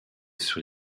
sur